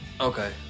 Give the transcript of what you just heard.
Okay